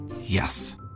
Yes